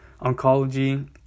oncology